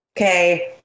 okay